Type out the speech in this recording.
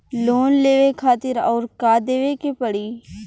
Loan लेवे खातिर अउर का देवे के पड़ी?